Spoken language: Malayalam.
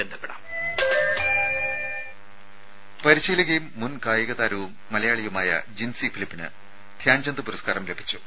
രുമ പരിശീലകയും മുൻ കായിക താരവും മലയാളിയുമായ ജിൻസി ഫിലിപ്പിന് ധ്യാൻചന്ദ് പുരസ്കാരം ലഭിച്ചു